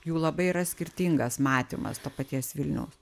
jų labai yra skirtingas matymas to paties vilniau